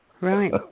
right